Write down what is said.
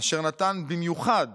אשר נתן במיוחד